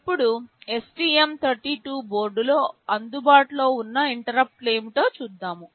ఇప్పుడు STM32 బోర్డులో అందుబాటులో ఉన్న ఇంటరుప్పుట్లు ఏమిటో చూద్దాం